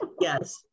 Yes